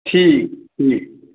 ठीक ठीक